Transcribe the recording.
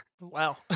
Wow